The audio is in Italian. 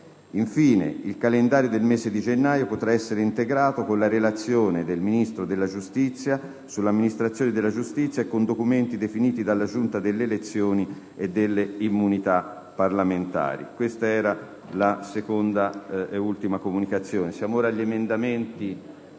Infine, il calendario del mese di gennaio potrà essere integrato con la relazione del Ministro della giustizia sull'amministrazione della giustizia e con documenti definiti dalla Giunta delle elezioni e delle immunità parlamentari. **Programma dei lavori dell'Assemblea**